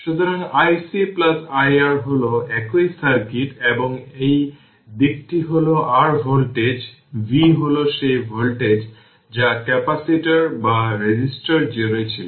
সুতরাং iC iR হল একই সার্কিট এবং এই দিকটি হল r ভোল্টেজ v হল সেই ভোল্টেজ যা ক্যাপাসিটর বা রেজিস্টর জুড়ে ছিল